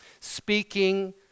Speaking